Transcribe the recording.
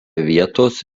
vietos